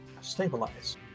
stabilize